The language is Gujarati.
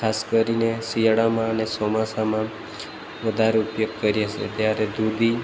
ખાસ કરીને શિયાળામાં અને ચોમાસામાં વધારે ઉપયોગ કરીએ છે ત્યારે દૂધી